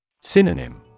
Synonym